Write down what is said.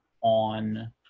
on